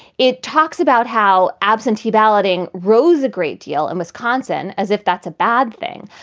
it talks about how absentee balloting rose a great deal in wisconsin, as if that's a bad thing.